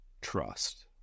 trust